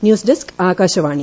news desk Akashvani